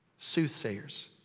soothsayers.